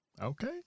Okay